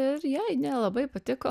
ir jai nelabai patiko